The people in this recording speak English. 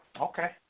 Okay